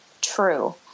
true